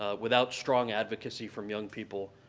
ah without strong advocacy from young people,